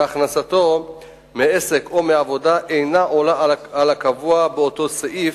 שהכנסתו מעסק או מעבודה אינה עולה על הקבוע באותו סעיף,